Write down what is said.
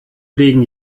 legen